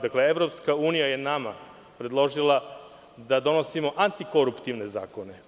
Dakle, EU je nama predložila da donosimo antikoruptivne zakone.